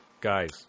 Guys